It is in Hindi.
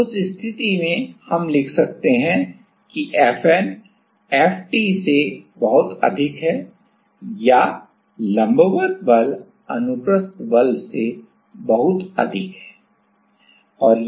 तो उस स्थिति में हम लिख सकते हैं कि FN FT से बहुत अधिक है या लंबवत बल अनुप्रस्थ बल से बहुत अधिक है